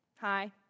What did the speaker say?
Hi